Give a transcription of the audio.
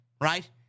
right